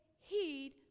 heed